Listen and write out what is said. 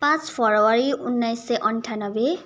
पाँच फेब्रुअरी उन्नाइस सय अन्ठानब्बे